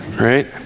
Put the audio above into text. Right